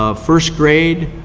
ah first grade